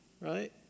right